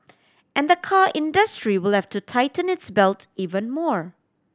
and the car industry will have to tighten its belt even more